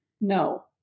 No